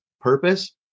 purpose